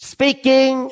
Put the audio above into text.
Speaking